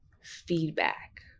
feedback